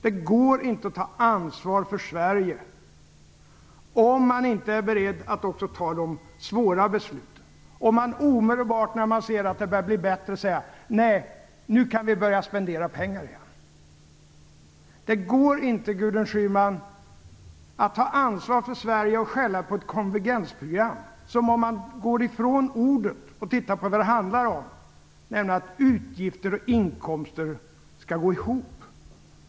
Det går inte att ta ansvar för Sverige om man inte är beredd att också fatta de svåra besluten, om man omedelbart när man ser att det börjar bli bättre säger: Nu kan vi börja spendera pengar igen. Det går inte, Gudrun Schyman, att ta ansvar för Sverige och skälla på ett konvergensprogram som, om man går ifrån ordet och tittar på vad det handlar om, skall se till att utgifter och inkomster går ihop.